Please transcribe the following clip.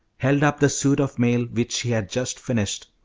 held up the suit of mail which she had just finished.